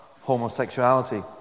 homosexuality